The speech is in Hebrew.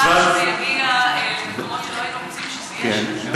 חבל שזה יגיע למקומות שלא היינו רוצים שזה יהיה שם.